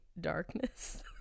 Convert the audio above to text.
darkness